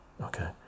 Okay